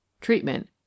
Treatment